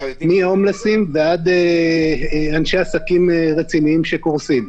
מהומלסים ועד אנשי עסקים רציניים שקורסים.